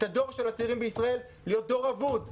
את הדור של הצעירים בישראל להיות דור אבוד.